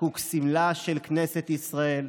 חקוק סמלה של כנסת ישראל,